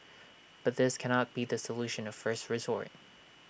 but this cannot be the solution of first resort